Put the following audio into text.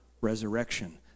resurrection